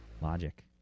Logic